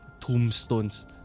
tombstones